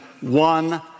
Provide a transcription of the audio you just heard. one